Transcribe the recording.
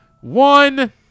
one